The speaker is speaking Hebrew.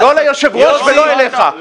לא ליושב ראש ולא אליך.